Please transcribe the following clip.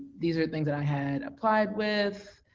these are things that i had applied with.